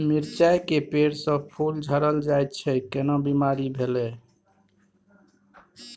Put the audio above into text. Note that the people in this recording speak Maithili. मिर्चाय के पेड़ स फूल झरल जाय छै केना बीमारी भेलई?